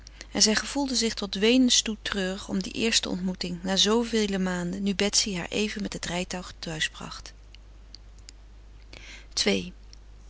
en zij gevoelde zich tot weenens toe treurig om die eerste ontmoeting na zoovele maanden nu betsy haar even met het rijtuig thuis bracht